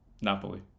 Napoli